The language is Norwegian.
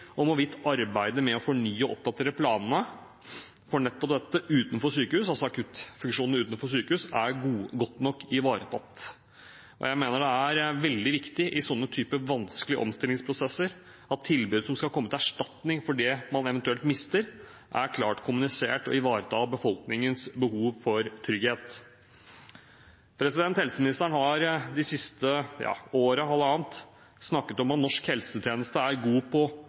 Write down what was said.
hvorvidt arbeidet med å fornye og oppdatere planene for akuttfunksjonene utenfor sykehus, er godt nok ivaretatt. Det er veldig viktig i en sånn type vanskelige omstillingsprosesser at tilbud som skal erstatte det man eventuelt mister, er klart kommunisert og ivaretar befolkningens behov for trygghet. Helseministeren har det siste året eller halvannet året snakket om at norsk helsetjeneste er god på